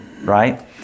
right